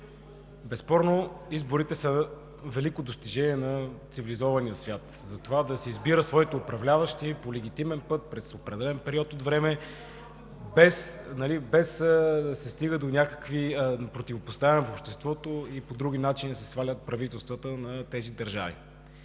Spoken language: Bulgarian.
Безспорно, изборите са великото достижение на цивилизования свят, за това да си избира своите управляващи по легитимен път, през определен период от време, без да се стига до някакви противопоставяния в обществото и по други начини да се свалят правителствата на тези държави.